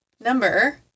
number